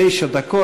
תשע דקות.